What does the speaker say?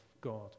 God